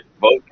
Vote